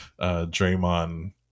draymond